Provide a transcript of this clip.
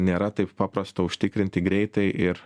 nėra taip paprasta užtikrinti greitai ir